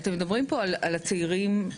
כן, אני גם מ- ׳גדולים מהחיים׳.